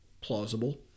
plausible